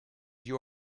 you